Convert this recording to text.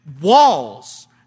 walls